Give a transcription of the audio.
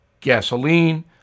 Gasoline